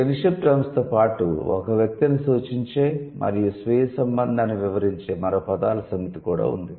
kinship terms తో పాటు ఒక వ్యక్తిని సూచించే మరియు స్వీయ సంబంధాన్ని వివరించే మరో పదాల సమితి కూడా ఉంది